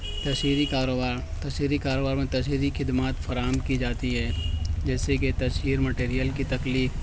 تشہیری کاروبار تشہیری کاروبار میں تشہیری خدمات فراہم کی جاتی ہے جیسے کہ تشہیر مٹیریئل کی تخلیق